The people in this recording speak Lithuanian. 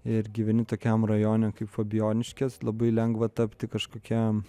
ir gyveni tokiam rajone kaip fabijoniškės labai lengva tapti kažkokiam